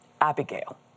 Abigail